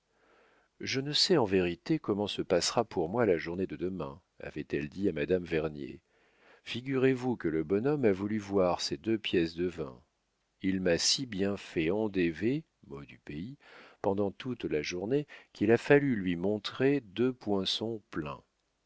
je ne sais en vérité comment se passera pour moi la journée de demain avait-elle dit à madame vernier figurez-vous que le bonhomme a voulu voir ses deux pièces de vin il m'a si bien fait endêver mot du pays pendant toute la journée qu'il a fallu lui montrer deux poinçons pleins